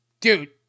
Dude